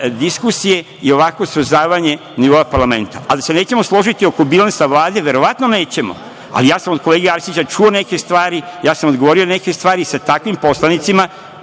diskusije i ovako srozavanje nivoa parlamenta, ali se nećemo složiti oko bilansa Vlade, verovatno nećemo, ali ja sam od kolege Arsića čuo neke stvari, ja sam odgovorio na neke stvari, sa takvim poslanicima